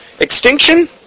extinction